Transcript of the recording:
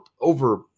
over-